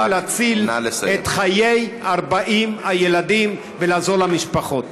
להציל את חיי 40 הילדים ולעזור למשפחות?